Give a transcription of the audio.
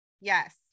Yes